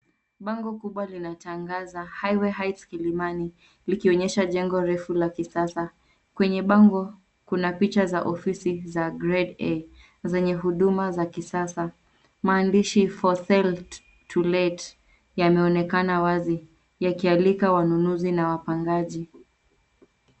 Bango kubwa linatangaza Highway heights kilimani, likionyesha jengo refu la kisasa. Kwenye bango kuna picha za ofisi za grade A , zenye huduma za kisasa. Maandishi For sale To let , yameonekana wazi yakialika wanunuzi na wapangaji.